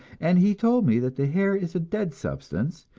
and he told me that the hair is a dead substance,